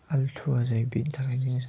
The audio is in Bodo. आलथुवा जायो बेनि थाखायनो